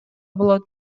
болот